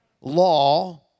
law